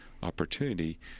opportunity